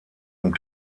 und